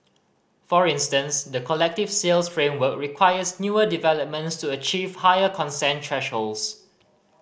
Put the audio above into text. for instance the collective sales framework requires newer developments to achieve higher consent thresholds